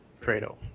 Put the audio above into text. fredo